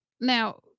now